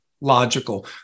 logical